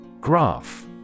Graph